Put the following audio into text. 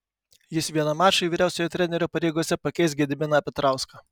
jis vienam mačui vyriausiojo trenerio pareigose pakeis gediminą petrauską